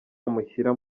amushyira